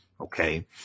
okay